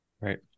Right